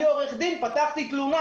אני עורך דין, פתחתי תלונה.